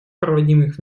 проводимых